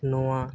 ᱱᱚᱣᱟ